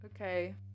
Okay